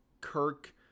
kirk